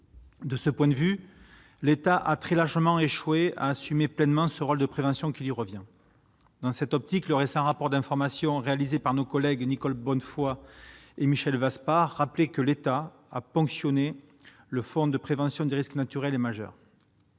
De ce point de vue, l'État a très largement échoué à assumer pleinement ce rôle de prévention qui lui revient. Dans cette optique, le récent rapport d'information de nos collègues Nicole Bonnefoy et Michel Vaspart rappelait que l'État a ponctionné le fonds de prévention des risques naturels et majeurs.